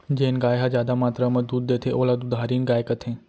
जेन गाय ह जादा मातरा म दूद देथे ओला दुधारिन गाय कथें